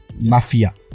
Mafia